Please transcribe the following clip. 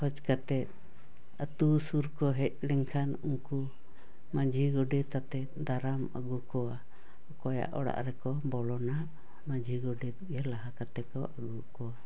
ᱠᱷᱳᱡ ᱠᱟᱛᱮᱫ ᱟᱛᱳ ᱥᱩᱨ ᱠᱚ ᱦᱮᱡ ᱞᱮᱱᱠᱷᱟᱱ ᱩᱱᱠᱩ ᱢᱟᱺᱡᱷᱤ ᱜᱚᱰᱮᱛ ᱟᱛᱮᱫ ᱫᱟᱨᱟᱢ ᱟᱹᱜᱩ ᱠᱚᱣᱟ ᱚᱠᱚᱭᱟᱜ ᱚᱲᱟᱜ ᱨᱮᱠᱚ ᱵᱚᱞᱚᱱᱟ ᱢᱟᱹᱡᱷᱤ ᱜᱚᱰᱮᱛ ᱜᱮ ᱞᱟᱦᱟ ᱠᱟᱛᱮᱫ ᱠᱚ ᱟᱹᱜᱩ ᱠᱚᱣᱟ